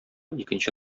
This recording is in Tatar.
икенче